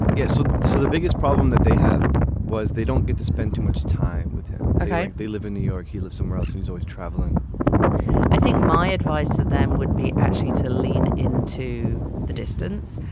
yeah. so the biggest problem that they have was they don't get to spend too much time with him. okay. they live in new york. he lives somewhere else and he's always traveling i think my advice to them would be actually to lean in to the distance.